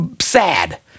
sad